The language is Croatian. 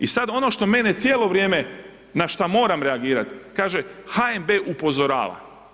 I sad ono što mene cijelo vrijeme, na šta moram reagirati, kaže HNB upozorava.